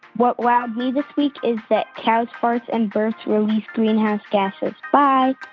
what wowed me this week is that cows' farts and burps release greenhouse gases. bye